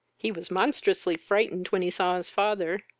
he was monstrously frightened when he saw his father,